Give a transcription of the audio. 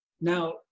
Now